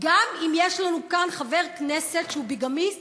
גם אם יש לנו כאן חבר הכנסת שהוא ביגמיסט,